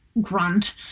grunt